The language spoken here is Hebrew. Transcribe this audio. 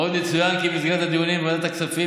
עוד יצוין כי במסגרת הדיונים בוועדת הכספים